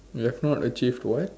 you have not achieve what